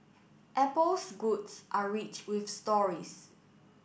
Apple's goods are rich with stories